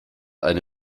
eine